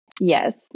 Yes